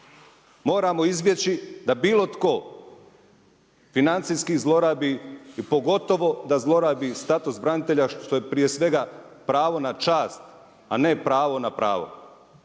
moramo izbjeći da bilo tko financijski zlorabi, pogotovo da zlorabi status branitelja što je prije svega pravo na čast, a ne pravo na pravo.